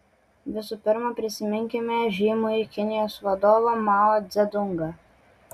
visų pirma prisiminkime žymųjį kinijos vadovą mao dzedungą